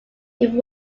baby